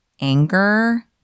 anger